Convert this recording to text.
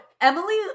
Emily